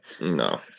No